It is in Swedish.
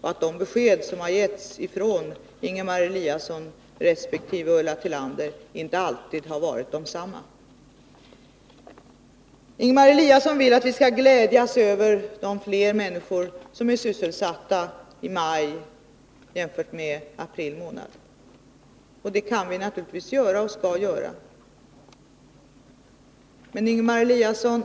och de besked som getts av Ingemar Eliasson resp. Ulla Tillander har inte alltid varit desamma. Ingemar Eliasson vill att vi skall glädjas över att fler människor var sysselsatta i maj jämfört med april — det kan vi naturligtvis göra och skall göra. Ingemar Eliasson!